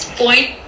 point